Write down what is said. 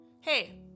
Hey